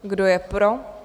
Kdo je pro?